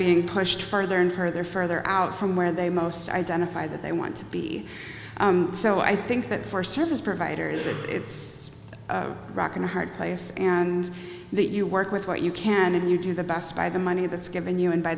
being pushed further and further further out from where they most identify that they want to be so i think that for service providers that it's a rock and a hard place and that you work with what you can and you do the best by the money that's given you and by